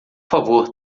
favor